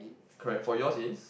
correct for yours is